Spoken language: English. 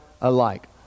alike